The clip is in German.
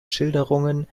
schilderungen